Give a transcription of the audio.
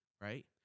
Right